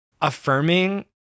affirming